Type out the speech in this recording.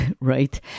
right